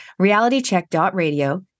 realitycheck.radio